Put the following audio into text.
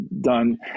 done